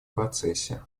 процессе